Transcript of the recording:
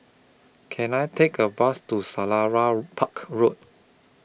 Can I Take A Bus to Selarang Park Road